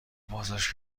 بازداشت